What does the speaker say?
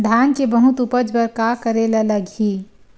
धान के बहुत उपज बर का करेला लगही?